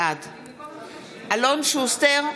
בעד אלון שוסטר,